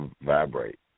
Vibrate